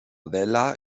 vella